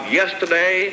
yesterday